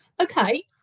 Okay